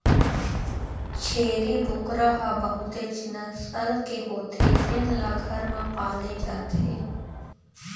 छेरी बोकरा ह बहुतेच नसल के होथे जेन ल घर म पाले जाथे